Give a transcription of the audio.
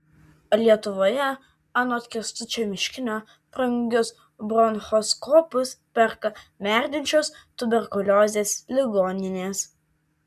lietuvoje anot kęstučio miškinio brangius bronchoskopus perka merdinčios tuberkuliozės ligoninės